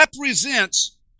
represents